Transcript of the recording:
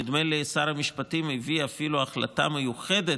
נדמה לי ששר המשפטים הביא אפילו החלטה מיוחדת,